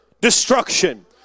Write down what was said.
destruction